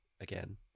again